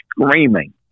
screaming